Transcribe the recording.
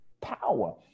power